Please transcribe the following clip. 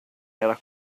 era